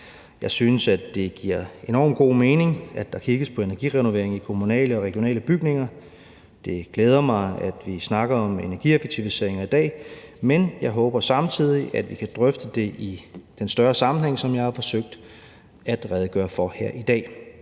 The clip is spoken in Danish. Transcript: Jeg synes, det giver enormt god mening, at der kigges på energirenovering i kommunale og regionale bygninger. Det glæder mig, at vi snakker om energieffektiviseringer i dag, men jeg håber samtidig, at vi kan drøfte det i den større sammenhæng, som jeg har forsøgt at redegøre for her i dag.